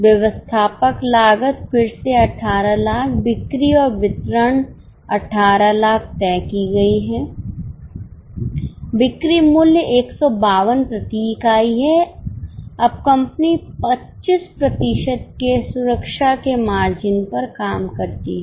व्यवस्थापक लागत फिर से 1800000 बिक्री और वितरण 1800000 तय की गई है बिक्री मूल्य 152 प्रति इकाई है अब कंपनी 25 प्रतिशत की सुरक्षा के मार्जिन पर काम करती है